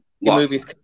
movies